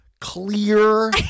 clear